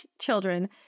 children